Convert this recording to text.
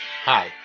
Hi